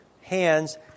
hands